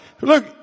Look